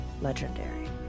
legendary